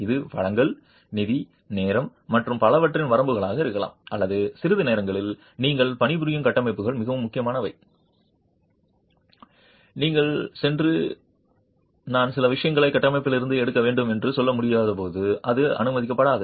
இது வளங்கள் நிதி நேரம் மற்றும் பலவற்றின் வரம்புகளாக இருக்கலாம் அல்லது சில நேரங்களில் நீங்கள் பணிபுரியும் கட்டமைப்புகள் மிகவும் முக்கியமானவை நீங்கள் சென்று நான் சில விஷயங்களை கட்டமைப்பிலிருந்து எடுக்க வேண்டும் என்று சொல்ல முடியாது அது அனுமதிக்கப்படாது